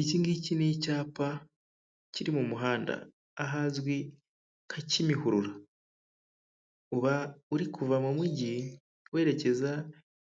Iki ngiki ni icyapa, kiri mu muhanda, ahazwi nka Kimihurura, uba uri kuva mu mujyi, werekeza